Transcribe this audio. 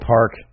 Park